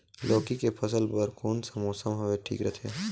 लौकी के फसल बार कोन सा मौसम हवे ठीक रथे?